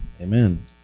amen